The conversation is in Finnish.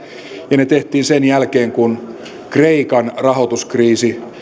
ja ne tehtiin sen jälkeen kun kreikan rahoituskriisi